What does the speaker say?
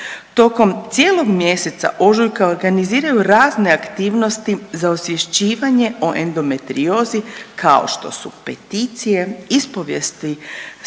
tokom cijelog mjeseca ožujka organiziraju razne aktivnosti za osvješćivanje o endometriozi kao što su peticije, ispovijesti